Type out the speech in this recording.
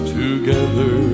together